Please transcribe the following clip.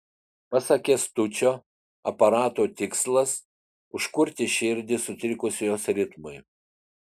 pasak kęstučio aparato tikslas užkurti širdį sutrikus jos ritmui